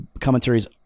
commentaries